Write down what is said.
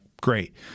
Great